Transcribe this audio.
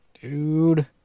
dude